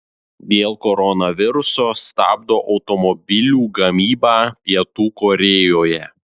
dėl koronaviruso stabdo automobilių gamybą pietų korėjoje